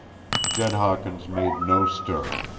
jed hawkins made no stir.